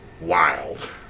wild